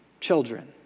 children